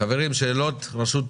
הקמתי פרויקטים כאלה.